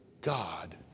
God